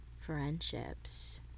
friendships